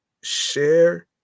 Share